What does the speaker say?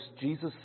Jesus